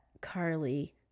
Carly